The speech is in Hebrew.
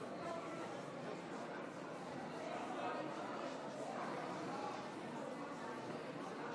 נגד אם כן, תמה